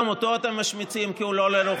גם אותו אתם משמיצים, כי הוא לא לרוחכם.